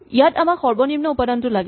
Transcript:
ইয়াত আমাক সৰ্বনিম্ন উপাদানটো লাগে